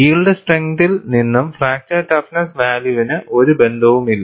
yield സ്ട്രെങ്തിൽ നിന്നും fracture toughness വാല്യൂവിനു ഒരു ബന്ധവുമില്ല